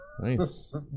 Nice